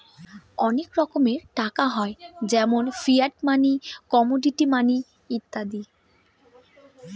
অনেক রকমের টাকা হয় যেমন ফিয়াট মানি, কমোডিটি মানি ইত্যাদি